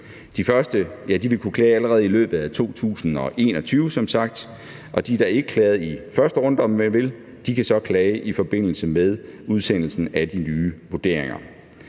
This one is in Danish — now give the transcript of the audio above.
De første vil som sagt kunne klage allerede i løbet af 2021. Og de, der ikke klagede i første runde, om man vil, kan så klage i forbindelse med udsendelsen af de nye vurderinger.